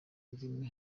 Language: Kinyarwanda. rurimi